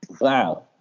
Wow